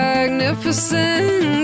Magnificent